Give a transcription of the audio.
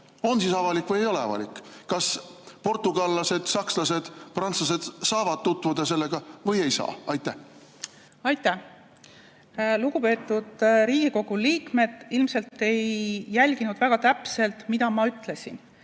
On siis avalik või ei ole avalik? Kas portugallased, sakslased, prantslased saavad tutvuda sellega või ei saa? Aitäh! Lugupeetud Riigikogu liikmed ilmselt ei jälginud väga täpselt, mida ma ütlesin.